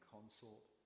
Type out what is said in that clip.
Consort